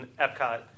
Epcot